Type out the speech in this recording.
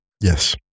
yes